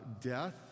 death